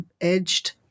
edged